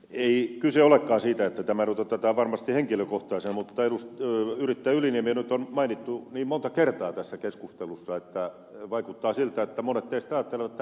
ei kyse olekaan siitä että tämä nyt otetaan varmasti henkilökohtaisena mutta yrittäjä yliniemi nyt on mainittu niin monta kertaa tässä keskustelussa että vaikuttaa siltä että monet teistä ajattelevat että tämä on ikään kuin hänen hankkeensa